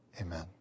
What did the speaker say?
amen